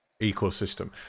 ecosystem